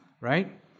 right